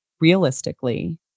realistically